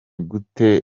gute